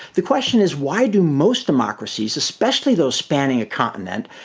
the question is why do most democracies, especially those spanning a continent,